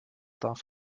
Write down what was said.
darf